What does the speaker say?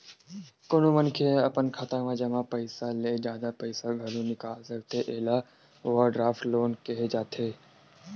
कोनो मनखे ह अपन खाता म जमा पइसा ले जादा पइसा घलो निकाल सकथे एला ओवरड्राफ्ट लोन केहे जाथे